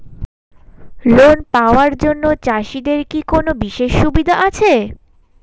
Loan পাওয়ার জন্য চাষিদের কি কোনো বিশেষ সুবিধা আছে?